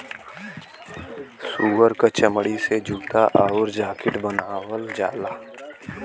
सूअर क चमड़ी से जूता आउर जाकिट बनावल जाला